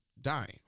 dying